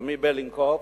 רם בלינקוב,